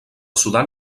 sudan